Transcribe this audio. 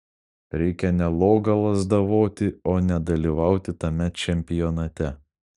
reikia ne logą lazdavoti o nedalyvauti tame čempionate